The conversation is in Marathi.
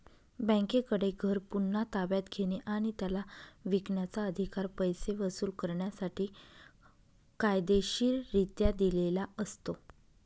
बँकेकडे घर पुन्हा ताब्यात घेणे आणि त्याला विकण्याचा, अधिकार पैसे वसूल करण्यासाठी कायदेशीररित्या दिलेला असतो